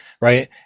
right